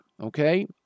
Okay